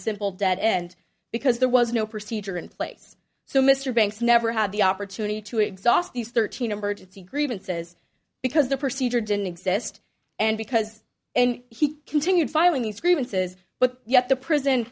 simple dead end because there was no procedure in place so mr banks never had the opportunity to exhaust these thirteen emergency grievances because the procedure didn't exist and because and he continued filing these grievances but yet the prison